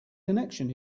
connection